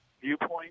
viewpoint